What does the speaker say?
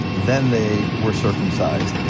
then they were circumcised.